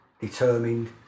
determined